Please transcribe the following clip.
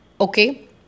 Okay